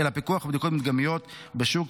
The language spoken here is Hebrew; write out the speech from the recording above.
אלא פיקוח ובדיקות מדגמיות בשוק,